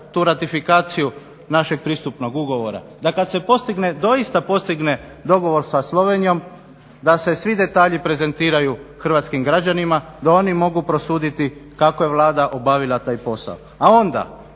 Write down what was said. tu ratifikaciju našeg pristupnog ugovora, da kad se postigne doista postigne dogovor sa Slovenijom da se svi detalji prezentiraju hrvatskim građanima da oni mogu prosuditi kako je Vlada obavila taj posao, a onda